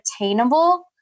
attainable